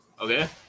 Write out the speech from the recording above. Okay